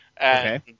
Okay